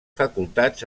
facultats